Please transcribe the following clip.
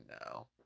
No